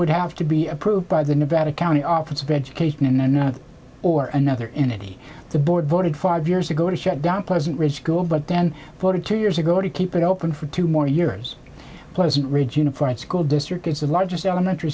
would have to be approved by the nevada county office of education and or another in eighty the board voted five years ago to shut down pleasant ridge go but then forty two years ago to keep it open for two more years pleasant ridge unified school district is the largest elementary